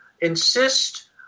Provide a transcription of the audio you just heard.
insist